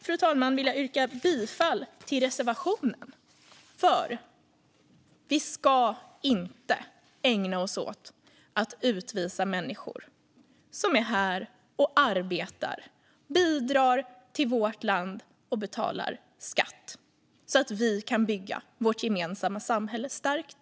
Med detta vill jag yrka bifall till reservationen, för vi ska inte ägna oss åt att utvisa människor som är här och arbetar och bidrar till vårt land och betalar skatt så att vi kan bygga vårt gemensamma samhälle starkt.